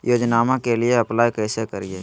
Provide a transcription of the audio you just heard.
योजनामा के लिए अप्लाई कैसे करिए?